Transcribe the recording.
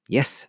Yes